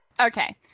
Okay